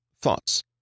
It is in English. thoughts